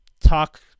talk